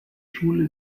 schule